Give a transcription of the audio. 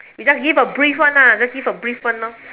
you just give a brief one ah you just give a brief one lor